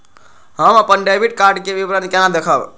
हम अपन debit card के विवरण केना देखब?